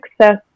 success